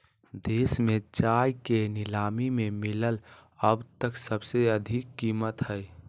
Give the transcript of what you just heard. देश में चाय के नीलामी में मिलल अब तक सबसे अधिक कीमत हई